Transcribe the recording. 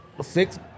six